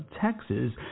Texas